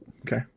Okay